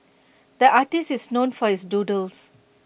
the artist is known for his doodles